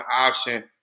option